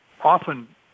often